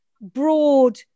broad